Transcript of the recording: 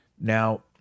Now